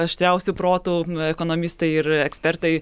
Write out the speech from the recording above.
aštriausių protų ekonomistai ir ekspertai